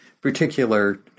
particular